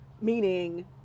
Meaning